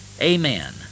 amen